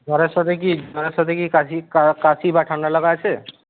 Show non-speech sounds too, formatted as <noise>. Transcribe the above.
জ্বরের সাথে কি জ্বরের সাথে কি কাশি কাশি বা ঠান্ডা লাগা আছে <unintelligible>